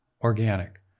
organic